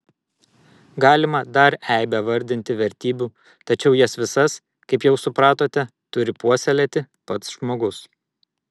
galima dar eibę vardinti vertybių tačiau jas visas kaip jau supratote turi puoselėti pats žmogus